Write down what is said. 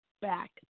back